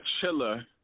chiller